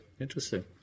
Interesting